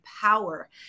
power